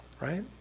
right